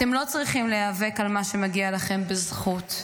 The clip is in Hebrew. אתם לא צריכים להיאבק על מה שמגיע לכם בזכות.